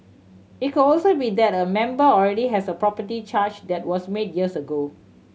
it could also be that a member already has a property charge that was made years ago